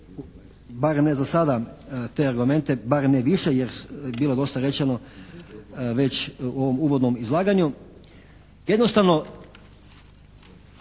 barem ne za sada te argumente, bar ne više, jer bilo je dosta rečeno već u ovom uvodnom izlaganju, jednostavno